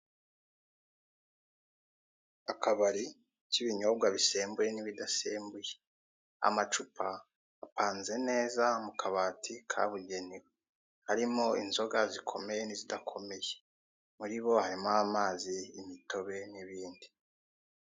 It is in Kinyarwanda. Akabari k'ibinyobwa bisembuye n'ibidasembuye amacupa apanze neza mu kabati kabugenewe arimo inzoga zikomeye n'izidakomeye muri bo harimo amazi imitobe n'ibindi.